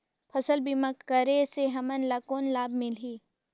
फसल बीमा करे से हमन ला कौन लाभ मिलही?